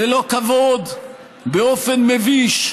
ללא כבוד, באופן מביש,